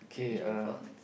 giant fork that's a